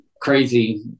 crazy